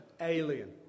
alien